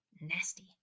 nasty